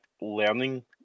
learning